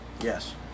Yes